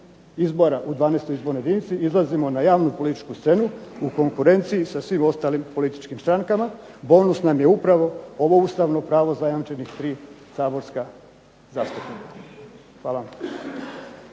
izbora u 12. izbornoj jedinici, izlazimo na javnu političku scenu u konkurenciji sa svim ostalim političkim strankama. Bonus nam je upravo ovo ustavno pravo zajamčenih tri saborska zastupnika. Hvala vam.